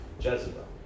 Jezebel